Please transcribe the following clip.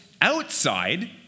outside